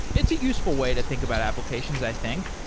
it's a useful way to think about applications, i think.